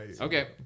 Okay